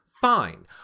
Fine